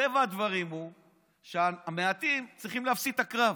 טבע הדברים הוא שהמעטים צריכים להפסיד בקרב.